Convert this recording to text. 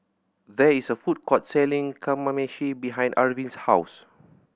there is a food court selling Kamameshi behind Arvin's house